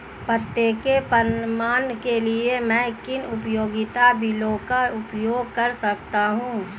पते के प्रमाण के लिए मैं किन उपयोगिता बिलों का उपयोग कर सकता हूँ?